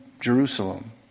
Jerusalem